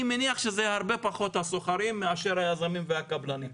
אני יודע שזה פחות השוכרים ויותר היזמים והקבלנים.